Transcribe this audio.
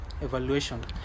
evaluation